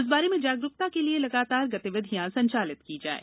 इस बारे में जागरूकता के लिए लगातार गतिविधियाँ संचालित की जाएँ